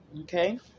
okay